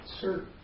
Sir